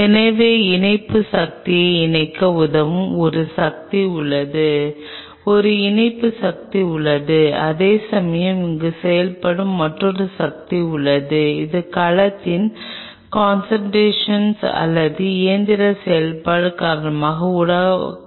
எனவே இணைப்பு சக்தியை இணைக்க உதவும் ஒரு சக்தி உள்ளது ஒரு இணைப்பு சக்தி உள்ளது அதேசமயம் இங்கு செயல்படும் மற்றொரு சக்தி உள்ளது இது கலத்தின் காண்ட்ராக்ஷன் அல்லது இயந்திர செயல்பாடு காரணமாக உருவாக்கப்படும் சக்தியாகும்